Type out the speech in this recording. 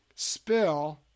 Spill